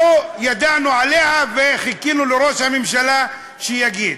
שלא ידענו עליה, וחיכינו לראש הממשלה שיגיד.